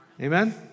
Amen